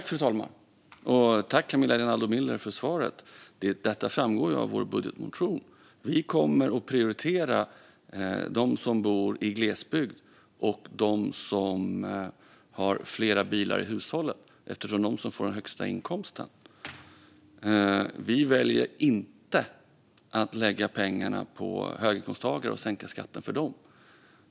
Fru talman! Jag tackar Camilla Rinaldo Miller för frågan. Detta framgår av vår budgetmotion. Vi kommer att prioritera dem som bor i glesbygd och dem som har flera bilar i hushållet, eftersom det är de som får den högsta inkomsten. Vi väljer inte att lägga pengarna på höginkomsttagare och sänka skatten för dem.